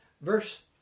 verse